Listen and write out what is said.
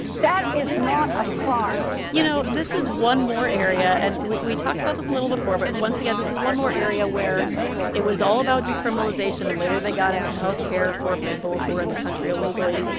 that is not a crime you know, this is one more area and we we talked about this a little before, but once again, this is one more area where it was all about decriminalization, and later, they got into health care for people who are in the country illegally,